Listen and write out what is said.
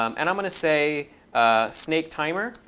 um and i'm going to say snaketimer,